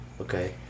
Okay